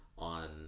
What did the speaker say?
On